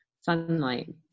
sunlight